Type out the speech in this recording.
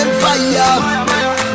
fire